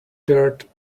dirt